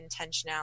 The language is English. intentionality